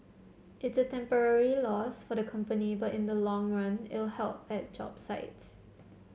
it's a temporary loss for the company but in the long run it'll help at job sites